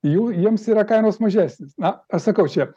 jų jiems yra kainos mažesnės na aš sakau čia